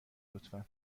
لطفا